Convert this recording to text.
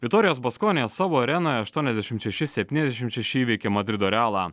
vitorijos baskonia savo arenoje aštuoniasdešimt šeši septyniasdešimt šeši įveikė madrido realą